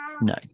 No